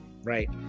Right